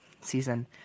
season